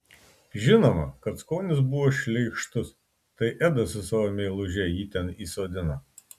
žinoma kad skonis buvo šleikštus tai edas su savo meiluže jį ten įsodino